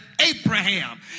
Abraham